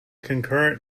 concurrent